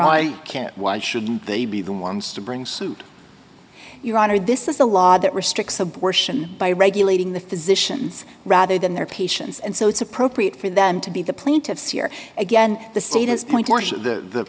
i can't why shouldn't they be the ones to bring suit your honor this is a law that restricts abortion by regulating the physicians rather than their patients and so it's appropriate for them to be the plaintiffs year again the